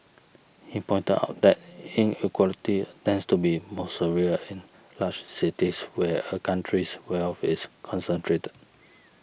he pointed out that inequality tends to be most severe in large cities where a country's wealth is concentrated